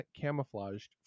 camouflaged